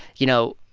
you know,